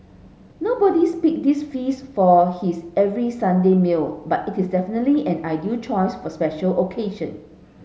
nobodies pick this feast for his every Sunday meal but it is definitely an ideal choice for special occasion